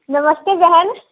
नमस्ते बहन